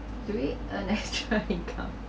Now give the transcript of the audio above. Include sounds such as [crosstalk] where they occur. do we earn extra income [laughs]